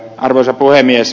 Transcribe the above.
arvoisa puhemies